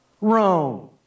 Rome